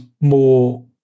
more